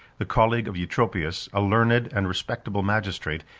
the colleague of eutropius, a learned and respectable magistrate,